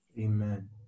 Amen